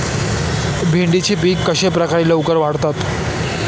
भेंडीचे पीक कशाप्रकारे लवकर वाढते?